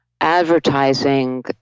advertising